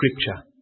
Scripture